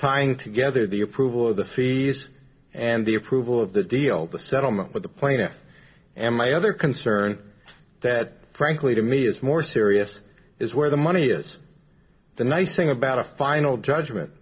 tying together the approval of the fees and the approval of the deal the settlement with the plaintiff and my other concern that frankly to me is more serious is where the money is the nice thing about a final judgment